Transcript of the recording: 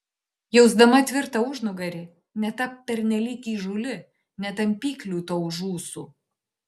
jausdama tvirtą užnugarį netapk pernelyg įžūli netampyk liūto už ūsų